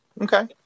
Okay